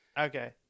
Okay